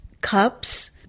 cups